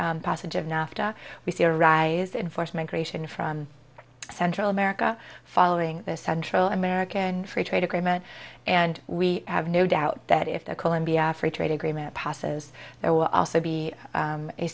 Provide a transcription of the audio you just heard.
nafta passage of nafta we see a rise in forced migration from central america following the central american free trade agreement and we have no doubt that if the colombia free trade agreement passes there will also be